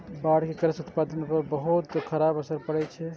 बाढ़ि के कृषि उत्पादन पर बहुत खराब असर पड़ै छै